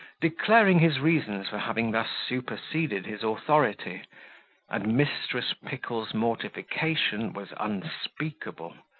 declaring his reasons for having thus superseded his authority and mrs. pickle's mortification was unspeakable.